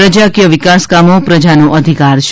પ્રજાકીય વિકાસ કામો પ્રજાનો અધિકાર છે